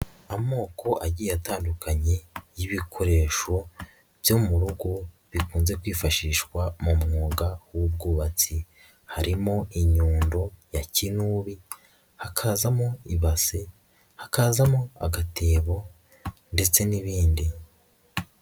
Amoko agiye atandukanye y'ibikoresho byo mu rugo bikunze kwifashishwa mu mwuga w'ubwubatsi, harimo inyundo ya kinubi, hakazamo ibase, hakazamo agatebo ndetse n'ibindi.